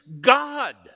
God